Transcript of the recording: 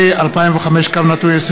פ/2005/20,